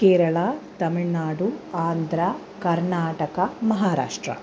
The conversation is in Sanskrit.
केरला तमिळ्नाडु आन्द्रा कर्नाटका महाराष्ट्रम्